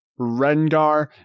rengar